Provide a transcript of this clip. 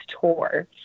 tour